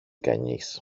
κανείς